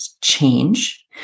change